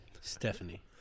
Stephanie